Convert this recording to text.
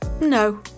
no